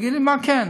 תגיד לי מה כן.